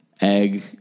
Egg